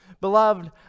Beloved